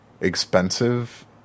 expensive